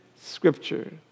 Scripture